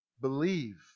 believe